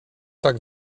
tak